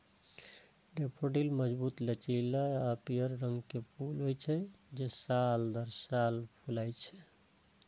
daffodil मजबूत, लचीला आ पीयर रंग के फूल होइ छै, जे साल दर साल फुलाय छै